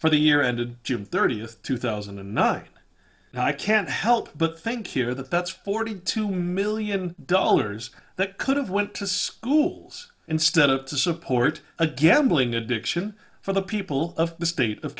for the year ended june thirtieth two thousand and nine and i can't help but think here that that's forty two million dollars that could've went to schools instead of to support a gambling addiction for the people of the state of